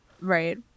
right